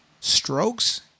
strokes